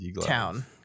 town